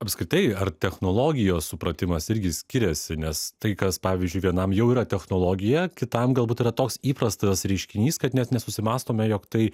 apskritai ar technologijos supratimas irgi skiriasi nes tai kas pavyzdžiui vienam jau yra technologija kitam galbūt yra toks įprastas reiškinys kad net nesusimąstome jog tai